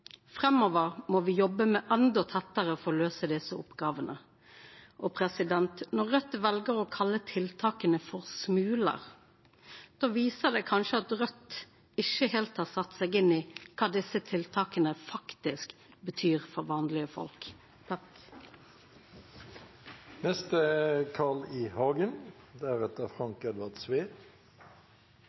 Framover må me jobba endå tettare for å løysa desse oppgåvene. Når Raudt vel å kalla tiltaka for smular, viser det kanskje at Raudt ikkje heilt har sett seg inn i kva desse tiltaka faktisk betyr for vanlege folk. Det har vært en artig og lang debatt om strøm i